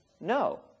no